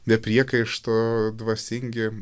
be priekaištų dvasingi